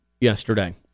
yesterday